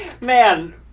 Man